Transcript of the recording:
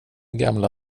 gamla